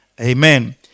Amen